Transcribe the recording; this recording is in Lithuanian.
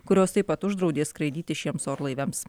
kurios taip pat uždraudė skraidyti šiems orlaiviams